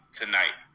tonight